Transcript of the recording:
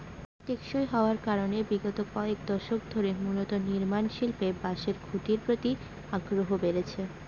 টেকসই হওয়ার কারনে বিগত কয়েক দশক ধরে মূলত নির্মাণশিল্পে বাঁশের খুঁটির প্রতি আগ্রহ বেড়েছে